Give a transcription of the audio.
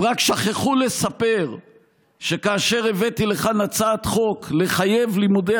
הם רק שכחו לספר שכאשר הבאתי לכאן הצעת חוק לחייב לימודי